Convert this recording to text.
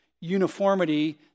uniformity